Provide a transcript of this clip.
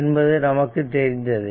என்பது நமக்கு தெரிந்ததே